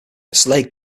slade